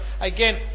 again